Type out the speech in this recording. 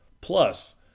Plus